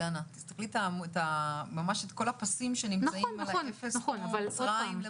עם מדינות שהן עם אפס מאומתים כמעט.